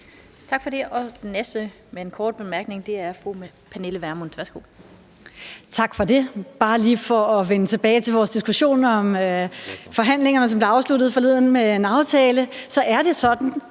Tak for det. Den næste med en kort bemærkning er fru Pernille Vermund. Værsgo. Kl. 16:23 Pernille Vermund (NB): Tak for det. Det er bare lige for at vende tilbage til vores diskussion om forhandlingerne, som blev afsluttet forleden med en aftale. Det er sådan